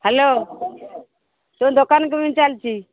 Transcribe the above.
hello ତୁମ ଦୋକାନ କେମିତି ଚାଲିଛି